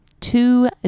Two